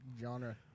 genre